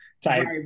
type